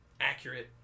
accurate